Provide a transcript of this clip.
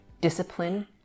discipline